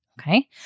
Okay